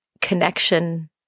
connection